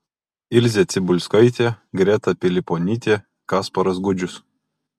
ilzė cibulskaitė greta piliponytė kasparas gudžius